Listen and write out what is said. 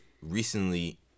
recently